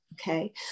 okay